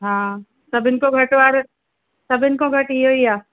हा सभिनि ख़ां घटि वारो सभिनि खां घटि इहेई आहे